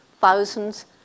thousands